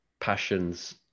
passions